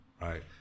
right